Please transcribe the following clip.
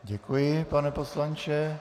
Děkuji, pane poslanče.